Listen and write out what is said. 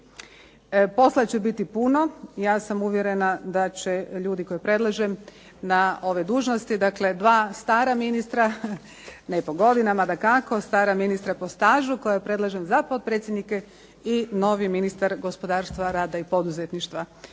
Posla će biti puno. Ja sam uvjerena da će ljudi koje predlažem na ove dužnosti, dakle dva stara ministra ne po godinama dakako, stara ministra po stažu koje predlažem za potpredsjednike i novi ministar gospodarstva, rada i poduzetništva.